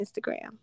instagram